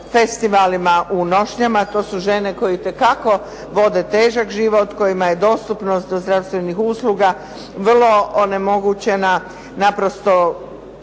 festivalima u nošnjama, to su žene koje itekako vode težak život, kojima je dostupnost zdravstvenih usluga vrlo onemogućena, naprosto